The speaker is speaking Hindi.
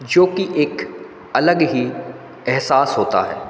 जोकि एक अलग ही अहसास होता है